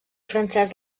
francès